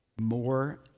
more